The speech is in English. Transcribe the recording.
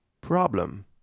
problem